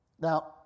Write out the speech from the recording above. Now